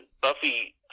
Buffy